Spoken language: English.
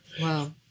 Wow